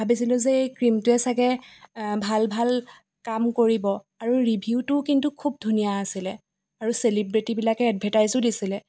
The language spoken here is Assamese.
ভাবিছিলো যে এই ক্ৰীমটোৱে চাগে ভাল ভাল কাম কৰিব আৰু ৰিভিউটো কিন্তু খুব ধুনীয়া আছিলে আৰু চেলিব্ৰেটিবিলাকে এডভাৰ্টাইজো দিছিলে